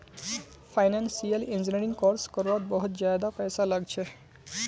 financial engineering course कर वात बहुत ज्यादा पैसा लाग छे